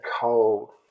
cold